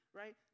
right